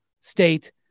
State